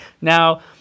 now